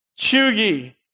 Chugi